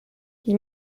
les